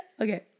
Okay